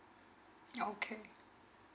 okay